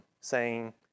saying